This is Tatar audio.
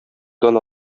дан